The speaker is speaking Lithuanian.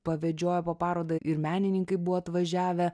pavedžioja po parodą ir menininkai buvo atvažiavę